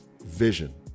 vision